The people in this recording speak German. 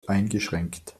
eingeschränkt